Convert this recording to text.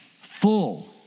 Full